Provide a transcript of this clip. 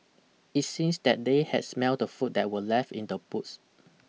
it seems that they had smelt the food that were left in the boots